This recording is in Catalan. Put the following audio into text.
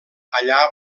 allà